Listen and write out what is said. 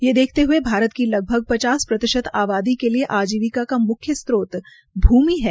ये देखते हये कि भारत की लगभग पचास प्रतिशत आबादी के लिये आजीविका का म्ख्य स्त्रोत भूमि है